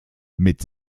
mit